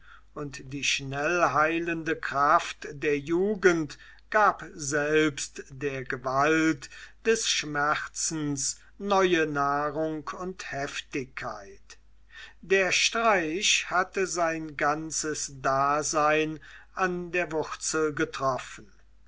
und die schnellheilende kraft der jugend gab selbst der gewalt des schmerzens neue nahrung und heftigkeit der streich hatte sein ganzes dasein an der wurzel getroffen